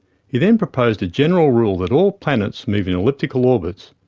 he then proposed a general rule that all planets move in elliptical orbits,